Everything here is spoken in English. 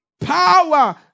Power